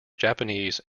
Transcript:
japanese